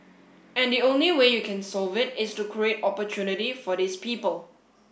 and the only way you can solve it is to create opportunity for these people